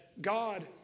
God